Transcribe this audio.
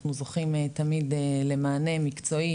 אנחנו זוכים תמיד למענה מקצועי,